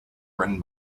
written